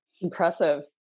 Impressive